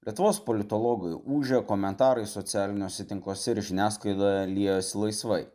lietuvos politologai ūžia komentarais socialiniuose tinkluose ir žiniasklaidoje liejosi laisvai